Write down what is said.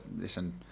listen